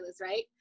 right